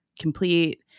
complete